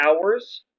hours